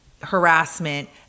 harassment